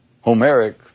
Homeric